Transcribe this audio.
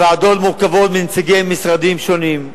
הוועדות מורכבות מנציגי משרדים שונים.